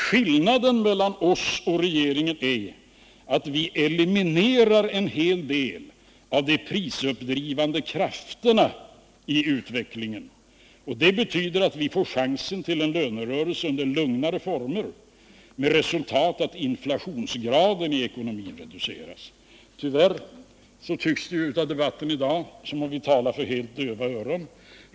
Skillnaden mellan oss och regeringen är att vi eliminerar en hel del av de prisdrivande krafterna i utvecklingen. Det betyder att vi får chansen till en lönerörelse under lugnare former, med resultat att inflationsgraden i ekonomin reduceras. Tyvärr tycks det, att döma av debatten i dag, som om vi talar för helt döva öron.